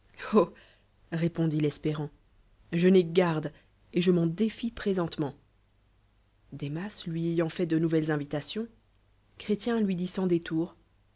répondit l'espérant je n'ai garde et je m'en défie présentement demas lui ayant fait de nouvel'es invitations chrétien lui dit sans